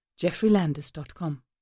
jeffreylandis.com